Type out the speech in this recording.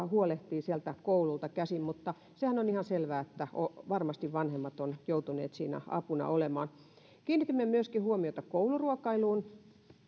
huolehditaan sieltä koululta käsin mutta sehän on ihan selvää että varmasti vanhemmat ovat joutuneet siinä apuna olemaan kiinnitimme myöskin huomiota kouluruokailuun